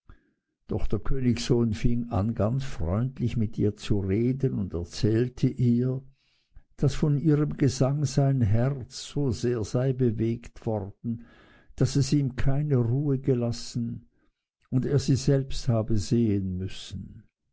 doch der königssohn fing an ganz freundlich mit ihr zu reden und erzählte ihr daß von ihrem gesang sein herz so sehr sei bewegt worden daß es ihm keine ruhe gelassen und er sie selbst habe sehen müssen